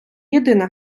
єдине